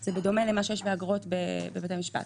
זה בדומה למה שיש באגרות בבית המשפט.